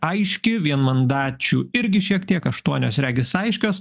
aiški vienmandačių irgi šiek tiek aštuonios regis aiškios